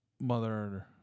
mother